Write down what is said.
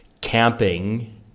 camping